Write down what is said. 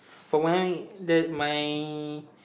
for my the my